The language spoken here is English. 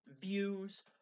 views